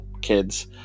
kids